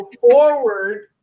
forward